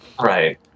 Right